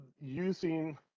using